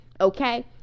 okay